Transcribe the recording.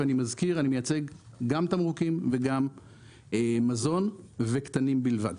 ואני מזכיר אני מייצג גם תמרוקים וגם מזון וקטנים בלבד.